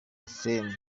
ephrem